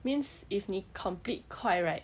means if 你 complete 快 right